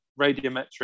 radiometric